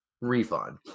refund